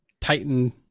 Titan